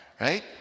right